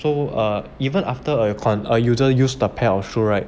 so err even after err can't use use the pair of shoe right